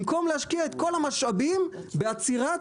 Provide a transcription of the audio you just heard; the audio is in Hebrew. במקום להשקיע את כל המשאבים בעצירת,